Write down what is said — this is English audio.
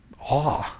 awe